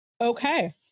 Okay